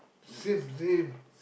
same same